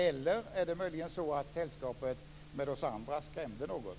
Eller är det möjligen så att sällskapet med oss andra skrämde något?